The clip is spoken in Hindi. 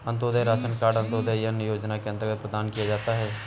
अंतोदय राशन कार्ड अंत्योदय अन्न योजना के अंतर्गत प्रदान किया जाता है